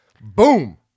Boom